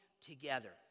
together